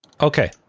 Okay